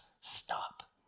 stop